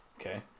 Okay